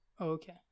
okay